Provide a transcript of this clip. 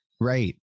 Right